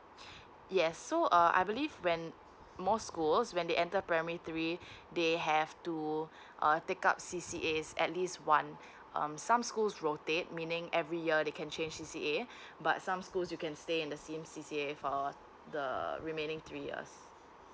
yes so uh I believe when more schools when they enter primary three they have to uh take up C C A at least one um some schools rotate meaning every year they can change C C A but some schools you can stay in the same C C A for the remaining three years